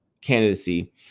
candidacy